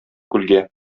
күлгә